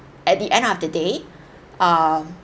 at the end of the day um